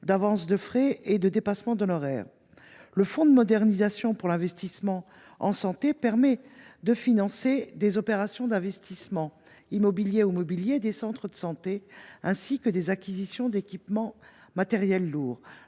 d’avance de frais et de dépassements d’honoraires. Le fonds de modernisation pour l’investissement en santé permet de financer des opérations d’investissement immobilier ou mobilier – acquisition d’équipements matériels lourds,